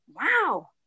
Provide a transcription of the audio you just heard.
wow